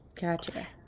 Gotcha